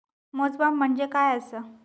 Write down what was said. मोजमाप म्हणजे काय असा?